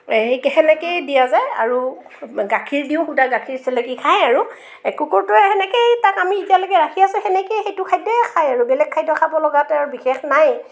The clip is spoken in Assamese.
এই সেনেকেই দিয়া যায় আৰু গাখীৰ দিওঁ শুদা গাখীৰ চেলেকি খায় আৰু কুকুৰটোৱে সেনেকেই তাক আমি এতিয়ালৈকে ৰাখি আছোঁ সেনেকেই সেইটো খাদ্যয়েই খাই আৰু বেলেগ খাদ্য খাব লগা তাৰ বিশেষ নাই